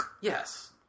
Yes